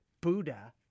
Buddha